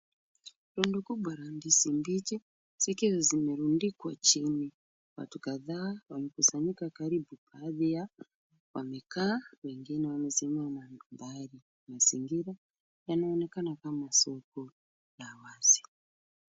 Rundo kubwa la ndizi mbichi zikiwa zimerundikwa chini. Watu kadhaa wamekusanyika karibu, baadhi yao wamekaa wengine wamesimama mbali. Mazingira yanaonekana kama soko la wazi.